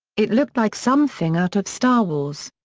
it looked like something out of star wars.